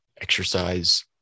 exercise